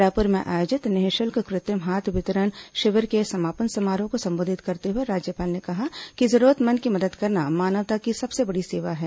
रायपुर में आयोजित निःशुल्क कृत्रिम हाथ वितरण शिविर के समापन समारोह को संबोधित करते हुए राज्यपाल ने कहा कि जरूरतमंद की मदद करना मानवता की सबसे बड़ी सेवा है